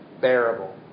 bearable